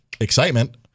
excitement